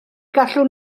gallwn